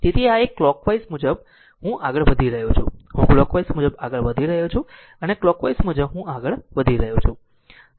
તેથી આ એક કલોકવાઈઝ મુજબ હું આગળ વધી રહ્યો છું હું કલોકવાઈઝ મુજબ આગળ વધી રહ્યો છું અને કલોકવાઈઝ મુજબ હું આગળ વધી રહ્યો છું